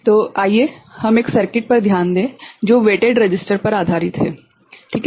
तो आइए हम एक सर्किट पर ध्यान दें जो वेटेड रसिस्टर पर आधारित है ठीक है